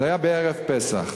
זה היה בערב פסח,